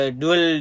dual